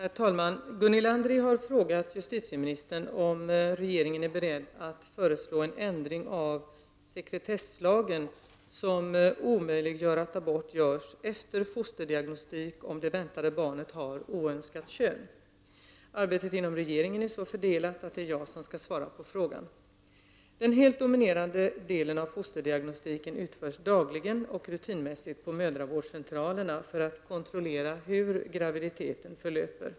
Herr talman! Gunilla André har frågat justitieministern om regeringen är beredd att föreslå en ändring av sekretesslagen som omöjliggör att abort görs efter fosterdiagnostik om det väntade barnet har oönskat kön. Arbetet inom regeringen är så fördelat att det är jag som skall svara på frågan. Den helt dominerande delen av fosterdiagnostiken utförs dagligen och rutinmässigt på mödravårdscentralerna för att kontrollera hur graviditeten förlöper.